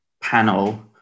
panel